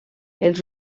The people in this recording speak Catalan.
els